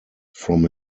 from